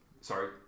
Sorry